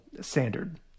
standard